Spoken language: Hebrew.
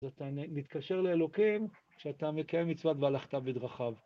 אז אתה מתקשר לאלוקים כשאתה מקיים מצווה והלכת בדרכיו.